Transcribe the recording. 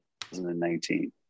2019